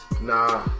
Nah